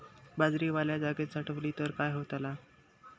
बाजरी वल्या जागेत साठवली तर काय होताला?